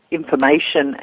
information